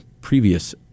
previous